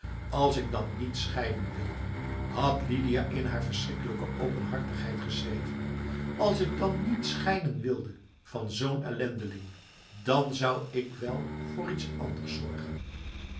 als ik dan niet scheiden wilde had lidia in haar verschrikkelijke openhartigheid geschreven als ik dan niet scheiden wilde van zo'n ellendeling dan zou ik wel voor iets anders zorgen